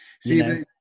See